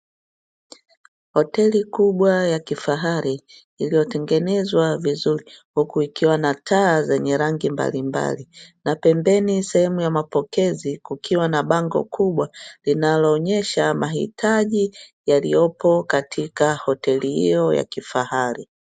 Hoteli kubwa ya kifahari iliyotengenezwa vizuri huku ikiwa na taa zenye rangi mbalimbali, na pembeni sehemu ya mapokezi kukiwa na bango kubwa linaloonyesha mahitaji yaliyopo katika hoteli hiyo ya kifahari.